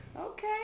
Okay